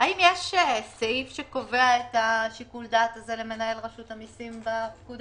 האם יש סעיף שקובע את שיקול הדעת הזה למנהל רשות המיסים בפקודה?